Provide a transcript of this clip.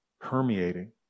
permeating